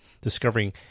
discovering